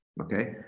Okay